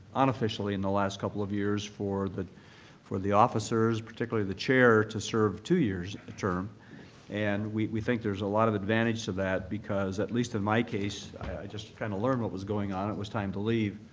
unofficially in the last couple of years, for the for the officers, particularly the chair, to serve two years in term and we think there's a lot of advantage to that because, at least in my case, i just kind of learned what was going on, it was time to leave.